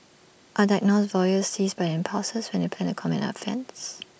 are diagnosed voyeurs seized by their impulses when they plan to commit an offence